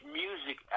music